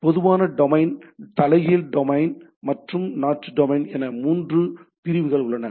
எனவே பொதுவான டொமைன் தலைகீழ் டொமைன் மற்றும் நாட்டு டொமைன் என மூன்று பிரிவுகள் உள்ளன